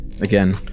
again